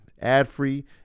ad-free